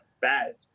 Bad